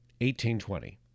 1820